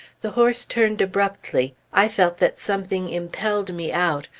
the horse turned abruptly i felt that something impelled me out,